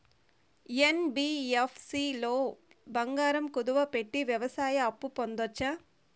NBFC లో బంగారం కుదువు పెట్టి వ్యవసాయ అప్పు పొందొచ్చా?